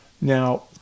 now